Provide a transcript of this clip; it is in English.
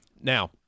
Now